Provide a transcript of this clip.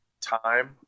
time